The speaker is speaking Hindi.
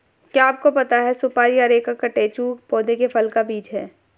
क्या आपको पता है सुपारी अरेका कटेचु पौधे के फल का बीज है?